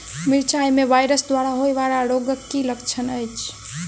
मिरचाई मे वायरस द्वारा होइ वला रोगक की लक्षण अछि?